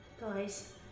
Guys